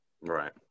Right